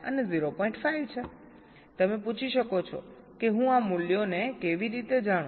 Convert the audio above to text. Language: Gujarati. તમે પૂછી શકો છો કે હું આ મૂલ્યોને કેવી રીતે જાણું